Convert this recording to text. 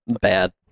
bad